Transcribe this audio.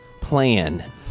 plan